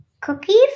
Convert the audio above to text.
cookies